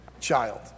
child